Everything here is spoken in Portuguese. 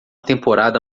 temporada